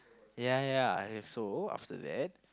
ya ya ya so after that